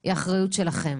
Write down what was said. היא אחריות שלכם.